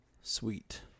Sweet